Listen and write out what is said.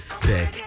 day